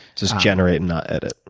just generate and not edit.